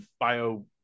bio